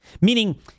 Meaning